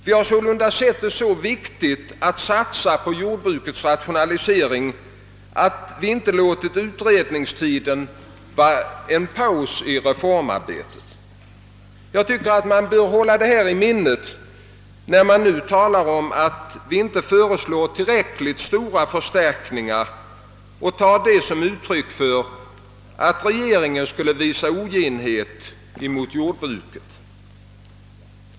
Vi har sålunda sett det som så väsentligt att satsa på jordbrukets rationalisering att vi inte låtit utredningstiden betyda en paus i reformarbetet. Man bör hålla detta i minnet när man talar om att vi inte föreslår tillräckliga förstärkningar och tar det som ett uttryck för att regeringen skulle visa oginhet mot jordbruket.